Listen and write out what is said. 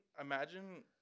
Imagine